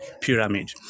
pyramid